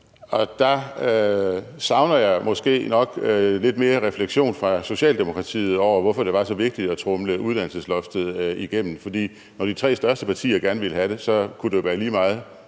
Der savner jeg måske nok lidt mere refleksion fra Socialdemokratiet over, hvorfor det var så vigtigt at tromle uddannelsesloftet igennem. For når de tre største partier gerne ville have det, kunne det jo være lige meget,